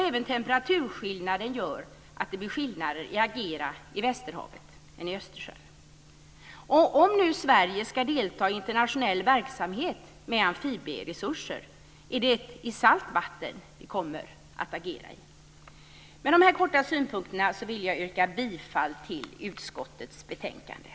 Även temperaturskillnaden gör att det blir skillnader mellan att agera i västerhavet och i Om nu Sverige ska delta i internationell verksamhet med amfibieresurser är det i salt vatten vi kommer att agera. Med de här korta synpunkterna vill jag yrka bifall till utskottets hemställan i betänkandet.